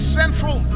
central